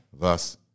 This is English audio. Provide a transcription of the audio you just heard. Thus